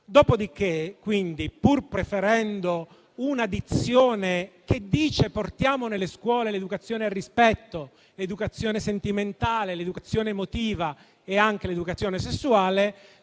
Dopodiché, pur preferendo una dizione che dice di portare nelle scuole l'educazione al rispetto, l'educazione sentimentale, l'educazione emotiva e anche l'educazione sessuale,